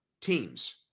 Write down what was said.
teams